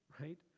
right